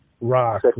rock